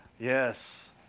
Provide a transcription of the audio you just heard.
Yes